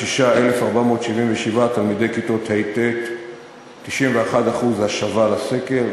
ל-226,477 תלמידי כיתות ה' ט' 91% השבה לסקר,